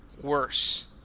worse